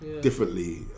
differently